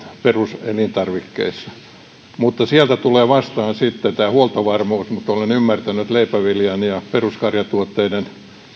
peruselintarvikkeissa sieltä tulee vastaan sitten tämä huoltovarmuus olen ymmärtänyt että leipäviljan ja peruskarjatuotteiden